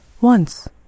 Once